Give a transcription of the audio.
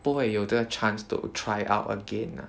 不会有这个 chance to try out again